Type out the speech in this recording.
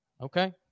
Okay